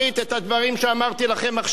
את הדברים שאמרתי לכם עכשיו.